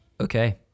okay